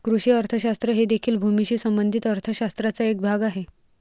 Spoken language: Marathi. कृषी अर्थशास्त्र हे देखील भूमीशी संबंधित अर्थ शास्त्राचा एक भाग आहे